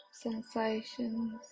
sensations